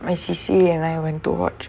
I_C_C and I went to watch